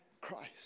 Christ